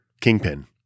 Kingpin